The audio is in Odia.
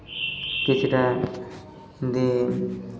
କିଛିଟା ଏମିତି